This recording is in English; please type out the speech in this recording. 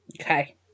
Okay